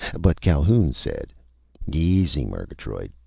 but calhoun said easy, murgatroyd!